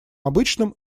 обычным